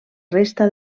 resta